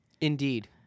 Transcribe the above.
indeed